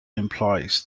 implies